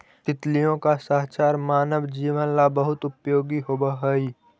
तितलियों का साहचर्य मानव जीवन ला बहुत उपयोगी होवअ हई